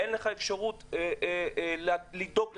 אין לך אפשרות לדאוג לעצמך,